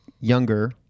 younger